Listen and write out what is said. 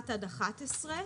עד 11,